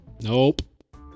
Nope